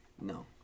No